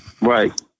Right